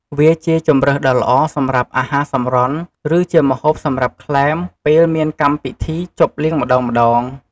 វាជាជម្រើសដ៏ល្អសម្រាប់អាហារសម្រន់ ឬ ជាម្ហូបសម្រាប់ក្លែម ពេលមានពិធីជួបលៀងម្តងៗ។